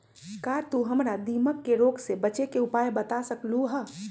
का तू हमरा दीमक के रोग से बचे के उपाय बता सकलु ह?